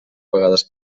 vegades